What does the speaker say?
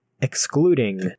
excluding